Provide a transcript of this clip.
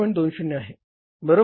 20 आहे बरोबर